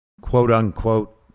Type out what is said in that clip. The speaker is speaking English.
quote-unquote